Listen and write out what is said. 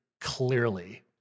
clearly